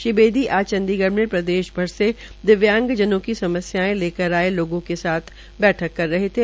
श्री बेदीने आज चंडीगढ़ में प्रदेशभर से आये दिव्यांगजनों की समस्यायें लेकर आये लोगों के साथ बैठक कर रहे थे